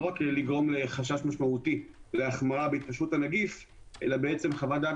לא רק לגרום לחשש משמעותי להחמרה בהתפשטות הנגיף אלא חוות הדעת